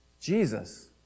Jesus